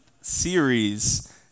series